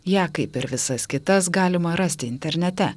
ją kaip ir visas kitas galima rasti internete